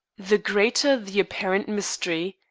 the greater the apparent mystery,